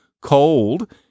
cold